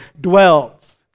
dwells